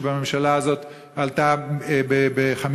שבממשלה הזאת עלה ב-50%.